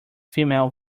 female